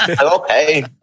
Okay